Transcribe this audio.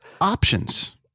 options